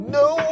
no